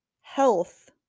health